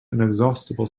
inexhaustible